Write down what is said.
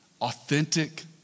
Authentic